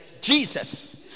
Jesus